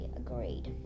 agreed